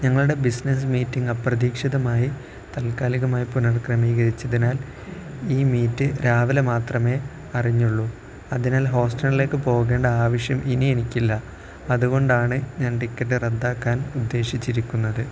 ഞങ്ങളുടെ business meeting അപ്രതീക്ഷിതമായി താൽക്കാലികമായി പുനർക്രമീകരിച്ചതിനാൽ ഈ മീറ്റ് രാവിലെ മാത്രമേ അറിഞ്ഞുള്ളൂ അതിനാൽ ഹൂസ്റ്റണിലേക്ക് പോകേണ്ട ആവശ്യം ഇനിയെനിക്കില്ല അതുകൊണ്ടാണ് ഞാൻ ടിക്കറ്റ് റദ്ദാക്കാൻ ഉദ്ദേശിച്ചിരിക്കുന്നത്